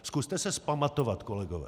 Zkuste se vzpamatovat, kolegové!